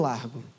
Largo